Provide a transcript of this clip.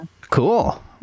Cool